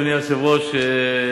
אדוני היושב-ראש,